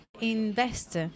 invest